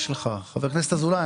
כמה סך הכל יש בעו"ש על פי עשירונים?